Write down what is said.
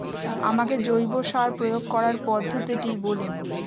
আমাকে জৈব সার প্রয়োগ করার পদ্ধতিটি বলুন?